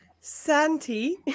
Santi